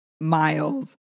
miles